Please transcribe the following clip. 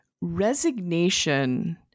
resignation